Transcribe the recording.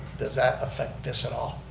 does that affect this at all?